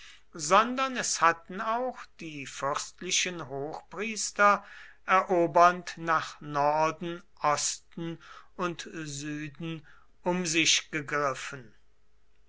sondern es hatten auch die fürstlichen hochpriester erobernd nach norden osten und süden um sich gegriffen